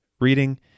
reading